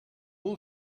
will